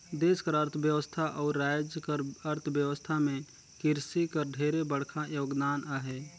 देस कर अर्थबेवस्था अउ राएज कर अर्थबेवस्था में किरसी कर ढेरे बड़खा योगदान अहे